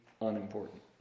unimportant